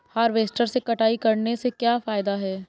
Harvester से कटाई करने से क्या फायदा है?